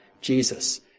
Jesus